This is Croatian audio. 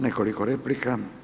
Nekoliko replika.